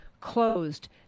closed